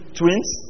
twins